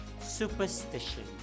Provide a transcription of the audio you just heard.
Superstition